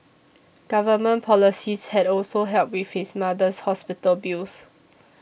government policies had also helped with his mother's hospital bills